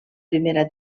primera